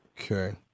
Okay